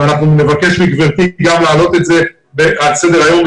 ונבקש מגברתי להעלות גם את זה על סדר היום.